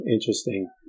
interesting